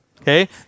okay